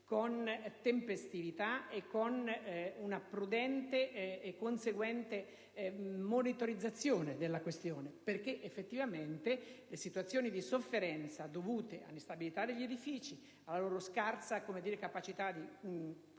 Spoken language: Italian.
con tempestività e con un prudente e conseguente monitoraggio della questione, perché effettivamente le situazioni di sofferenza, dovute all'instabilità degli edifici e alla loro scarsa capacità di contenere